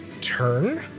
turn